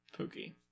Pookie